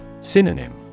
Synonym